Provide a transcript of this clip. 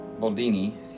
Baldini